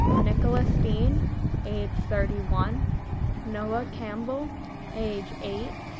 nicholas dean age thirty one noah campbell age eight,